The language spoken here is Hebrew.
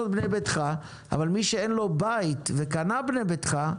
בנה ביתך, אבל מי שאין לו בית וקנה בנה ביתך,